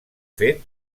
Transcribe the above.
fet